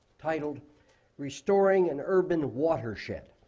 titled restoring an urban watershed,